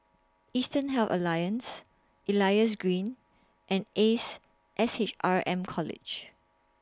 Eastern Health Alliance Elias Green and Ace S H R M College